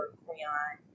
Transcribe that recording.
crayon